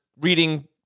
reading